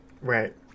Right